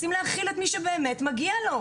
רוצים להכיל את אלו שבאמת צריכים הכלה.